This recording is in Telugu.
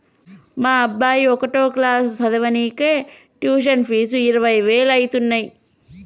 మా అబ్బాయి ఒకటో క్లాసు చదవనీకే ట్యుషన్ ఫీజు ఇరవై వేలు అయితన్నయ్యి